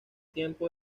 tiempo